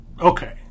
Okay